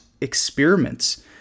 experiments